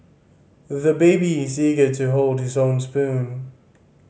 the baby is eager to hold his own spoon